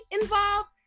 involved